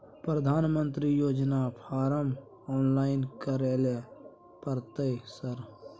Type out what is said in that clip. प्रधानमंत्री योजना form online करैले परतै सर?